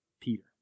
Peter